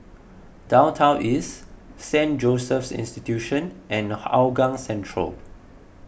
Downtown East Saint Joseph's Institution and Hougang Central